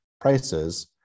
prices